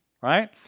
right